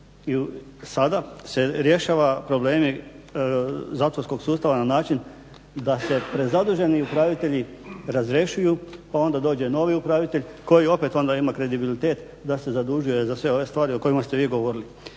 i sada se rješavaju problemi zatvorskog sustava na način da se prezaduženi upravitelji razrješuju pa onda dođe novi upravitelj koji opet onda ima kredibilitet da se zadužuje za sve ove stvari o kojima ste vi govorili.